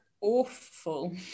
awful